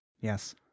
Yes